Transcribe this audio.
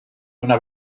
una